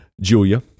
Julia